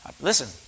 Listen